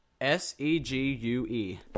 S-E-G-U-E